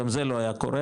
גם זה לא היה קורה,